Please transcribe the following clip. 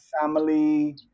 family